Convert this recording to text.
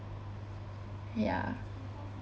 yeah